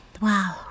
wow